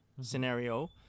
scenario